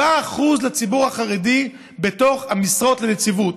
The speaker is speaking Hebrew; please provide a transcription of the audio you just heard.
7% לציבור החרדי במשרות לנציבות.